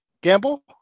Gamble